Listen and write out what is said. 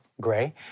gray